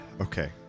Okay